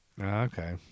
Okay